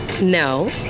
No